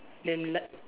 then la~